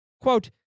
Quote